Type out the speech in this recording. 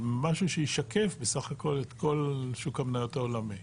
אבל משהו שישקף בסך הכל את כל שוק המניות העולמי.